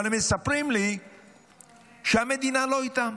אבל הם מספרים לי שהמדינה לא איתם.